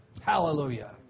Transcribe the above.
Hallelujah